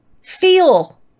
feel